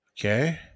Okay